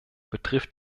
betrifft